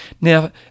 Now